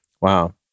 Wow